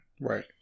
Right